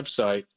website